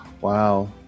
Wow